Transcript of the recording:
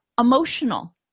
Emotional